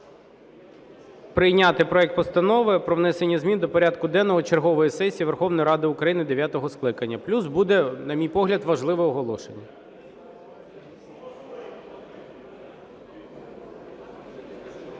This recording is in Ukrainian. прийняти проект Постанови про внесення змін до порядку денного чергової сесії Верховної Ради України дев'ятого скликання. Тут буде, на мій погляд, важливе оголошення.